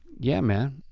yeah man.